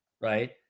Right